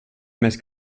més